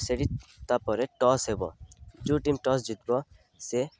ସେଠି ତାପରେ ଟସ୍ ହେବ ଯେଉଁ ଟିମ୍ ଟସ୍ ଜିତିବ ସେ